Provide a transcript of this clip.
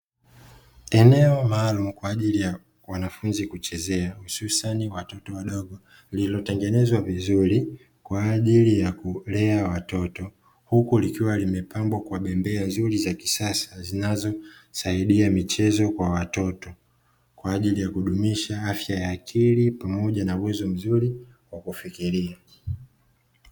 Eneo maalumu kwa ajili ya wanafunzi kuchezea hususani watoto wadogo, lililotengenezwa vizuri kwa ajili ya kulea watoto, huku likiwa limepambwa kwa bembea nzuri za kisasa; zinazosaidia michezo kwa watoto kwa ajili ya kudumisha afya ya akili pamoja na uwezo mzuri wa kufikiria.